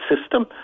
system